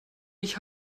mich